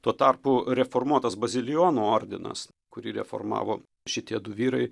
tuo tarpu reformuotas bazilijonų ordinas kurį reformavo šitie du vyrai